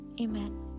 Amen